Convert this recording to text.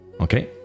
Okay